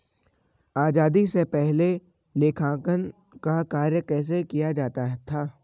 आजादी से पहले लेखांकन का कार्य कैसे किया जाता था?